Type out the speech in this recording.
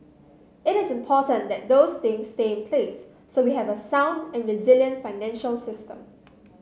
it is important that those things stay in place so we have a sound and resilient financial system